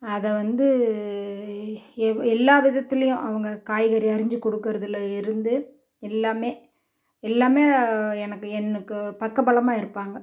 அதை வந்து எல்லா விதத்துலேயும் அவங்க காய்கறி அரிஞ்சு கொடுக்குறதுல இருந்து எல்லாமே எல்லாமே எனக்கு எனக்கு பக்கபலமாக இருப்பாங்க